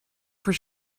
voor